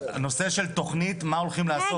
הנושא של תוכנית ומה הולכים לעשות.